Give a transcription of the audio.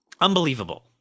Unbelievable